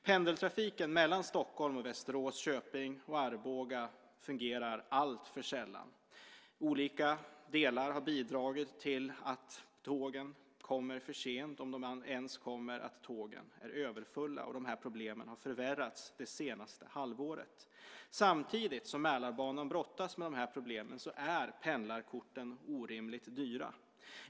Pendeltrafiken mellan Stockholm och Västerås och Köping och Arboga fungerar alltför sällan. Olika delar har bidragit till att tågen kommer för sent, om de ens kommer, och att tågen är överfulla. Och de här problemen har förvärrats under det senaste halvåret. Samtidigt som Mälarbanan brottas med de här problemen är pendlarkorten orimligt dyra.